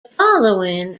following